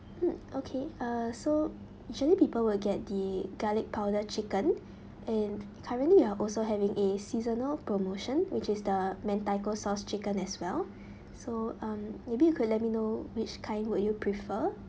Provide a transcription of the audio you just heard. mm okay uh so usually people will get the garlic powder chicken and currently we're also having a seasonal promotion which is the mentaiko sauce chicken as well so um maybe you could let me know which kind would you prefer